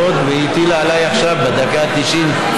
ומה הוא עשה בחברה הישראלית בשביל לפלג.